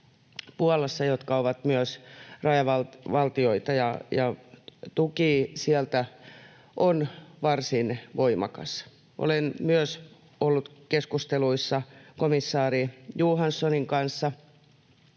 jotka myös ovat rajavaltioita, ja tuki sieltä on varsin voimakas. Olen myös ollut keskusteluissa komissaari Johanssonin kanssa,